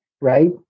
right